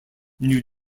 new